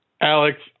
Alex